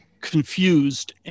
confused